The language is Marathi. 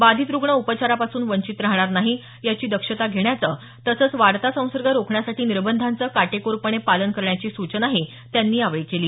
बाधित रुग्ण उपचारापासून वंचित राहणार नाही याची दक्षता घेण्याचं तसंच वाढता संसर्ग रोखण्यासाठी निर्बंधांचं काटेकोरपणे पालन करण्याची सूचनाही त्यांनी यावेळी केली